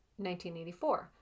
1984